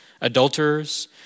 adulterers